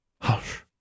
Hush